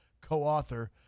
co-author